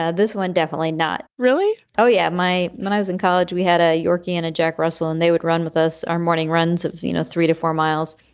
ah this one definitely not really. oh, yeah. my when i was in college, we had a yorkie and a jack russell and they would run with us. our morning runs of you know three to four miles.